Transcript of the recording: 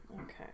okay